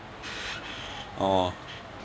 oh